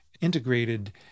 integrated